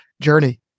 journey